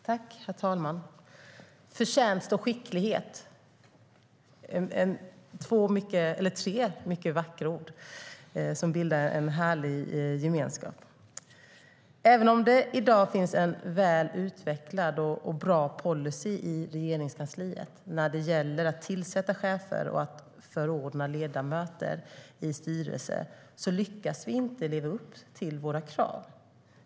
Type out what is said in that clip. Herr talman! Förtjänst och skicklighet är tre mycket vackra ord som bildar en härlig gemenskap. Även om det i dag finns en väl utvecklad och bra policy i Regeringskansliet vid tillsättande av chefer och vid förordande av ledamöter i styrelser lyckas vi inte leva upp till våra krav.